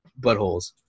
buttholes